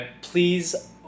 Please